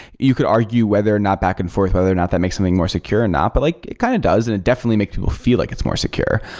you could argue whether or not back in forth, whether or not that makes something more secure or and not. but like it kind of does and it definitely makes you ah feel like it's more secure.